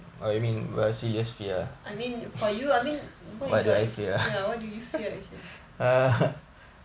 I mean for you I mean what is your what do you fear actually